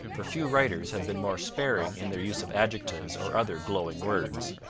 for few writers have been more sparing in their use of adjectives or other glowing words.